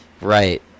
Right